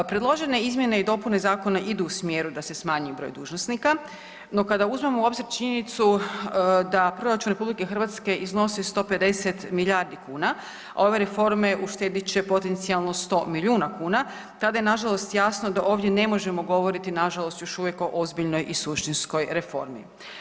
Predložene izmjene i dopune zakona idu u smjeru da se smanji broj dužnosnika, no kada uzmemo u obzir činjenicu da proračun RH iznosi 150 milijardi kuna ove reforme uštedit će potencijalno 100 milijuna kuna tada je nažalost jasno da ovdje ne možemo govoriti nažalost još uvijek o ozbiljnoj i suštinskoj reformi.